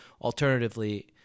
alternatively